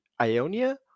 Ionia